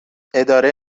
اداره